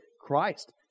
Christ